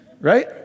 right